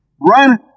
Run